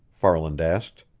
farland asked.